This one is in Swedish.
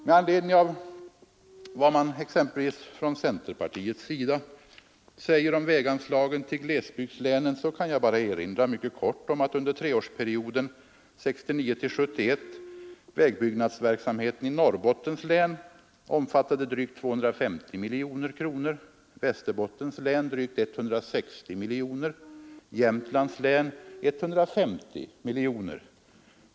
Med anledning av vad man exempelvis från centerpartiets sida säger om väganslagen till glesbygdslänen kan jag mycket kort erinra om att vägbyggnadsverksamheten i Norrbottens län under treårsperioden 1969— 1971 omfattade drygt 250 miljoner kronor, i Västerbottens län drygt 160 miljoner kronor och i Jämtlands län 150 miljoner kronor.